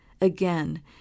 Again